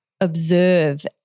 observe